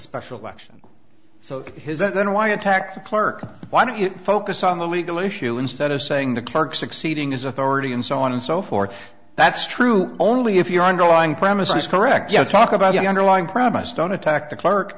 special election so his that then why attack the clerk why don't you focus on the legal issue instead of saying the clerk succeeding is authority and so on and so forth that's true only if your underlying premise is correct just talk about the underlying promise don't attack the clerk